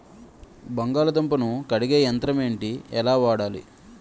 బంగాళదుంప ను కడిగే యంత్రం ఏంటి? ఎలా వాడాలి?